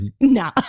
No